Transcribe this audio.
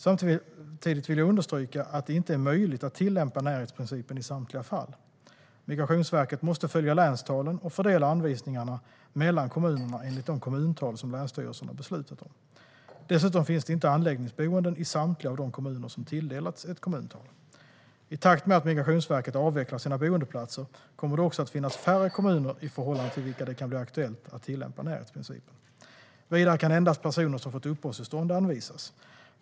Samtidigt vill jag understryka att det inte är möjligt att tillämpa närhetsprincipen i samtliga fall. Migrationsverket måste följa länstalen och fördela anvisningarna mellan kommunerna enligt de kommuntal som länsstyrelserna beslutat om. Dessutom finns det inte anläggningsboenden i samtliga av de kommuner som tilldelats ett kommuntal. I takt med att Migrationsverket avvecklar sina boendeplatser kommer det också att finnas färre kommuner i förhållande till vilka det kan bli aktuellt att tillämpa närhetsprincipen. Vidare kan endast personer som fått uppehållstånd anvisas.